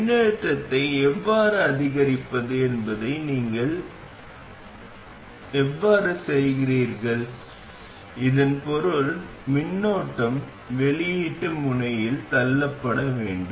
மின்னழுத்தத்தை எவ்வாறு அதிகரிப்பது என்பதை நீங்கள் எவ்வாறு செய்கிறீர்கள் இதன் பொருள் மின்னோட்டம் வெளியீட்டு முனையில் தள்ளப்பட வேண்டும்